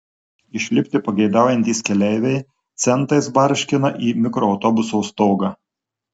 išlipti pageidaujantys keleiviai centais barškina į mikroautobuso stogą